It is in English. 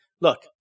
Look